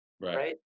right